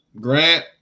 Grant